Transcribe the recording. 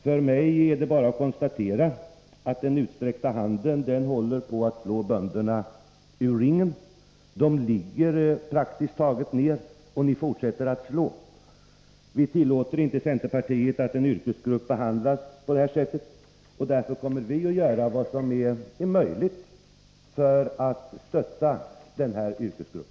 För mig är det bara att konstatera att den utsträckta handen håller på att slå bönderna ur ringen — de ligger praktiskt taget redan nere, och ni fortsätter att slå. Vi i centerpartiet tillåter inte att en yrkesgrupp behandlas på det sättet, och därför kommer vi att göra vad som är möjligt för att stötta denna yrkesgrupp.